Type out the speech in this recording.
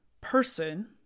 person